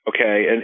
okay